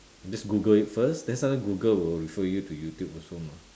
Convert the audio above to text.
just google it first then sometime google will refer you to youtube also mah